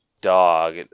dog